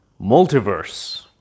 multiverse